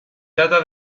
trata